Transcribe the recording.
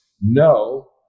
no